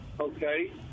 Okay